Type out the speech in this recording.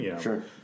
Sure